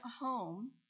home